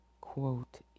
Quote